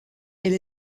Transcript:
elle